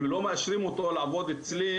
הם לא מאשרים אותו לעבוד אצלי